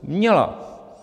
Měla.